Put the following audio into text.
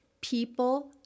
People